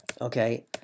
okay